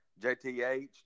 JTH